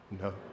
No